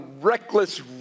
reckless